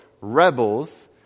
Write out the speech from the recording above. rebels